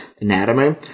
anatomy